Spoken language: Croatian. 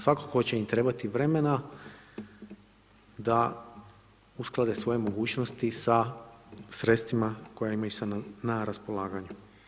Svakako će im trebati vremena da usklade svoje mogućnosti sa sredstvima koja imaju na raspolaganju.